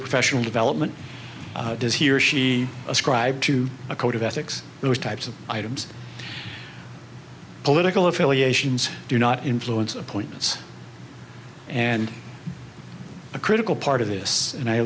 professional development does he or she ascribe to a code of ethics those types of items political affiliations do not influence appointments and a critical part of this and i